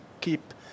keep